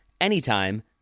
anytime